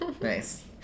Nice